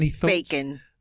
Bacon